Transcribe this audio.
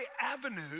Avenue